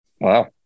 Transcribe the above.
Wow